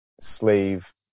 slave